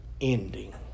ending